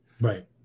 right